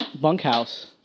bunkhouse